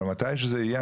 אבל מתי שזה יהיה,